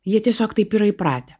jie tiesiog taip yra įpratę